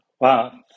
Wow